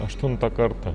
aštuntą kartą